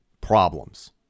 problems